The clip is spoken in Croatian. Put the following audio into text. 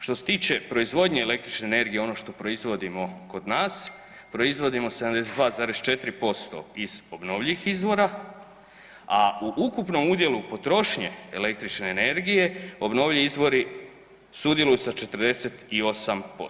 Što se tiče proizvodnje električne energije ono što proizvodimo kod nas, proizvodimo 72,4% iz obnovljivih izvora, a u ukupnom udjelu potrošnje električne energije obnovljivi izvori sudjeluju sa 48%